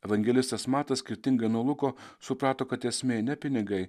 evangelistas matas skirtingai nuo luko suprato kad esmė ne pinigai